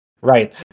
Right